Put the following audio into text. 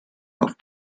auf